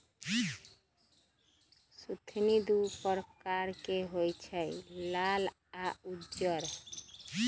सुथनि दू परकार के होई छै लाल आ उज्जर